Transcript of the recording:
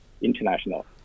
International